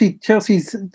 Chelsea's